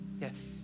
yes